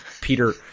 Peter